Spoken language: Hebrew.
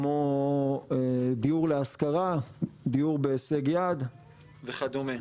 כמו דיור להשכרה, דיור בהישג יד וכדומה.